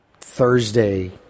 Thursday